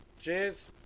Cheers